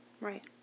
right